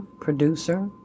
producer